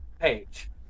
page